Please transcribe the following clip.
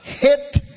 hit